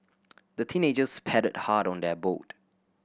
the teenagers paddled hard on their boat